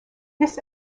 this